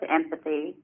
empathy